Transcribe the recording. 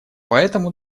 поэтому